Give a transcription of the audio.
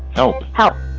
oh how.